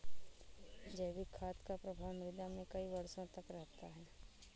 जैविक खाद का प्रभाव मृदा में कई वर्षों तक रहता है